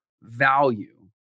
value